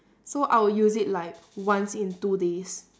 so I will use it like once in two days